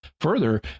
Further